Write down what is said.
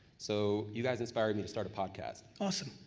so you guys inspired me to start a podcast. awesome.